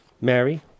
Mary